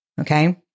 Okay